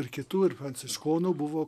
ir kitų ir pranciškonų buvo